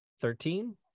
thirteen